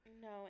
No